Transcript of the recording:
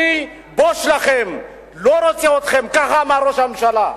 אני בוש בכם, לא רוצה אתכם, כך אמר ראש הממשלה.